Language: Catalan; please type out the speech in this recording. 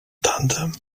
tàndem